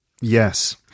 Yes